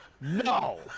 No